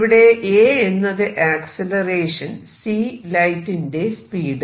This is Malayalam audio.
ഇവിടെ a എന്നത് ആക്സിലറേഷൻ c ലൈറ്റിന്റെ സ്പീഡ്